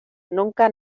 nunca